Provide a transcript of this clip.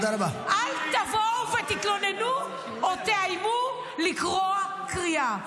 אל תבואו ותתלוננו או תאיימו לקרוע קריעה.